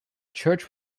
church